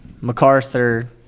MacArthur